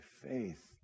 faith